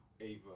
Ava